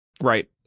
Right